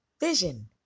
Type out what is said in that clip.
vision